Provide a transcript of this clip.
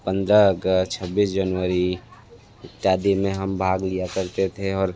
पंद्रह अगस छब्बीस जनवरी इत्यादि में हम भाग लिया करते थे और